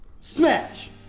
Smash